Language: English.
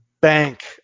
bank